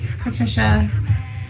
Patricia